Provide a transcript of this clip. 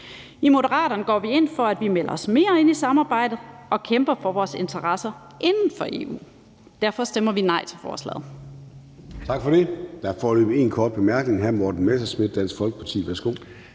I Moderaterne går vi ind for, at vi melder os mere ind i samarbejdet og kæmper for vores interesser inden for EU. Derfor stemmer vi nej til forslaget.